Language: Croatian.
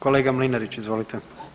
Kolega Mlinarić, izvolite.